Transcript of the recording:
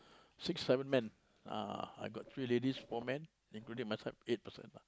six seven men ah I got three ladies four men including myself eight person lah